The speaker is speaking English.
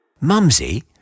Mumsy